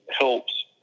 helps